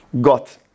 got